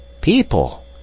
people